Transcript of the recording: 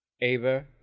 Ava